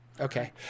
okay